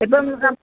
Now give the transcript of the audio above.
ഇപ്പം നമ്മൾ